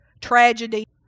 tragedy